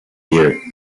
near